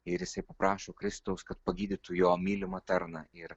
ir jisai paprašo kristaus kad pagydytų jo mylimą tarną ir